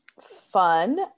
fun